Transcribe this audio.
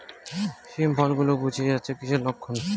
শিম ফল গুলো গুটিয়ে যাচ্ছে কিসের লক্ষন?